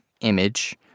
image